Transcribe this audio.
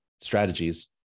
strategies